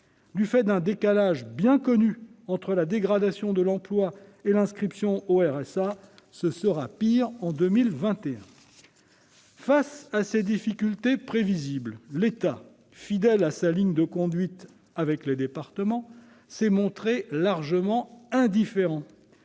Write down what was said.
Du fait d'un décalage bien connu entre la dégradation de l'emploi et l'inscription au RSA, ce sera pire en 2021 ! Face à ces difficultés prévisibles, l'État, fidèle à sa ligne de conduite avec les départements, s'est montré largement indifférent